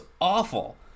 awful